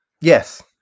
yes